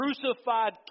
crucified